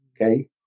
Okay